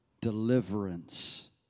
deliverance